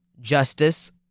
Justice